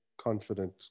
confident